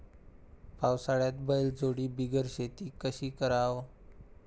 पावसाळ्यात बैलजोडी बिगर शेती कशी कराव?